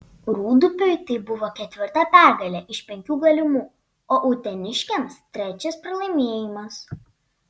rūdupiui tai buvo ketvirta pergalė iš penkių galimų o uteniškiams trečias pralaimėjimas